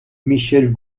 michel